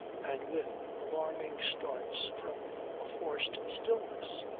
and with alarming starts from a forced stillness,